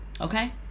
Okay